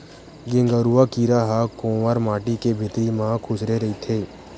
गेंगरूआ कीरा ह कोंवर माटी के भितरी म खूसरे रहिथे